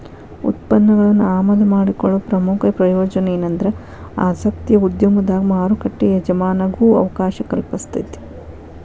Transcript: ಉತ್ಪನ್ನಗಳನ್ನ ಆಮದು ಮಾಡಿಕೊಳ್ಳೊ ಪ್ರಮುಖ ಪ್ರಯೋಜನ ಎನಂದ್ರ ಆಸಕ್ತಿಯ ಉದ್ಯಮದಾಗ ಮಾರುಕಟ್ಟಿ ಎಜಮಾನಾಗೊ ಅವಕಾಶ ಕಲ್ಪಿಸ್ತೆತಿ